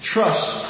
Trust